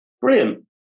Brilliant